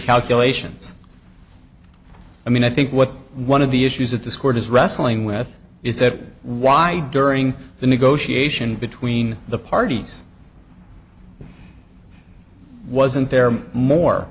calculations i mean i think what one of the issues that this court is wrestling with is that why during the negotiation between the parties wasn't there more